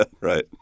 Right